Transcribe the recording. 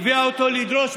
אני נמצא פה